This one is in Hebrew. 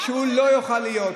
שהוא לא יוכל להיות.